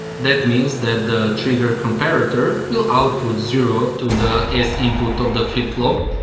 that means that the trigger comparator will output zero to the s input of the flip-flop.